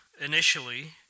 initially